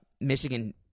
Michigan